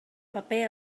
paper